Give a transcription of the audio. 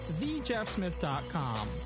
thejeffsmith.com